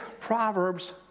Proverbs